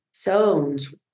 zones